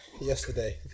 yesterday